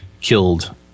killed